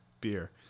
beer